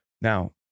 Now